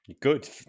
Good